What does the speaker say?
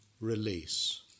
release